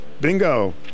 Bingo